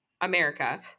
America